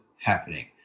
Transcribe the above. happening